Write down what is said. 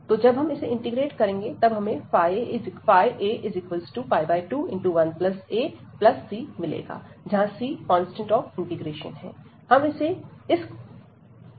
तो जब हम इसे इंटीग्रेट करेंगे तब हमें a21a c मिलेगा जहां c कांस्टेंट ऑफ इंटीग्रेशन है